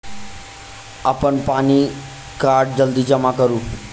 अप्पन PAN card जल्दी जमा करू?